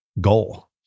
goal